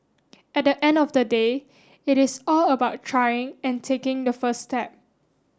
at the end of the day it is all about trying and taking the first step